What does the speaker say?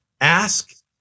ask